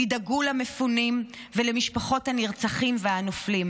תדאגו למפונים ולמשפחות הנרצחים והנופלים,